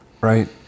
Right